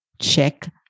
Check